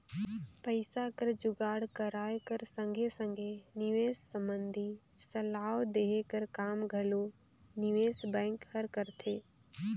पइसा कर जुगाड़ कराए कर संघे संघे निवेस संबंधी सलाव देहे कर काम घलो निवेस बेंक हर करथे